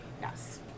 Yes